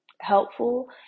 helpful